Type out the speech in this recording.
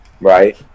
right